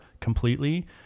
completely